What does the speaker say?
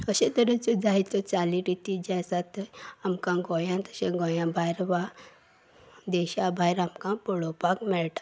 अशे तरेच्यो जायत्यो चालिरिती जे आसात थंय आमकां गोंयांत तशें गोंया भायर वा देशा भायर आमकां पळोवपाक मेळटा